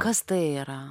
kas tai yra